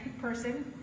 person